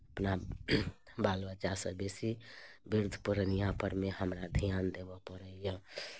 अपना बाल बच्चासँ बेसी वृद्ध पुरानिया परमे हमरा ध्यान देबय पड़ैए